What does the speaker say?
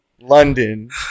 London